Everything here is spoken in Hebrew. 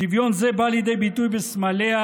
שוויון זה בא לידי ביטוי בסמליה,